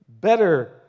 better